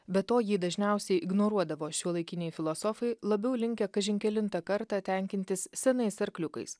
be to jį dažniausiai ignoruodavo šiuolaikiniai filosofai labiau linkę kažin kelintą kartą tenkintis senais arkliukais